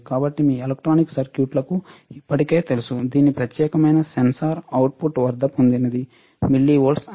కాబట్టి మీ ఎలక్ట్రానిక్ సర్క్యూట్లకు ఇప్పటికే తెలుసు దీని ప్రత్యేకమైన సెన్సార్ అవుట్పుట్ వద్ద పొందినది మిల్లివోల్ట్ అని